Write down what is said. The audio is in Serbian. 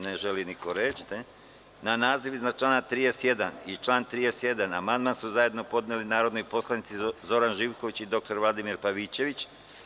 Na naziv iznad člana 31. i član 31. amandman su zajedno podneli narodni poslanici Zoran Živković i dr Vladimir Pavićević.